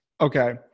Okay